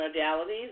modalities